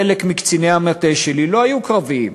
חלק מקציני המטה שלי לא היו קרביים,